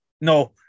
no